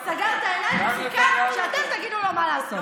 סגר את העיניים וחיכה שאתם תגידו לו מה לעשות.